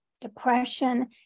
depression